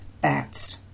bats